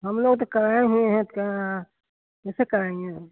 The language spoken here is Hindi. हम लोग तो कराए हुए हें तो का कैसे कराएँगे